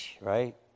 right